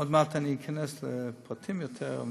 עוד מעט אני אכנס לפרטים יותר,